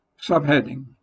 Subheading